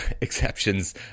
exceptions